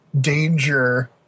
danger